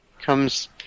comes